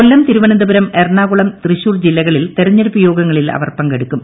കൊല്ലം തിരുവനന്തപുരം എറണാകുളം തൃശൂർ ജില്ലകളിൽ തെരഞ്ഞെടുപ്പ് യോഗങ്ങളിൽ അവർ പങ്കെടുക്കും